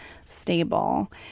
stable